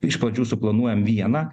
iš pradžių suplanuojam vieną